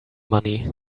money